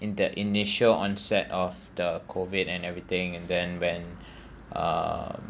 in that initial onset of the COVID and everything and then when um